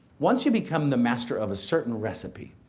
once you become the master of a certain recipe,